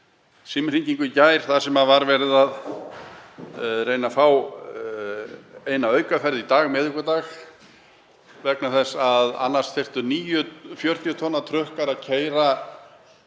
símhringingu í gær þar sem var verið að reyna að fá eina aukaferð í dag, miðvikudag, vegna þess að annars þyrftu níu 40 tonna trukkar að keyra